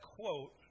quote